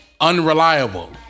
Unreliable